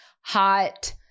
hot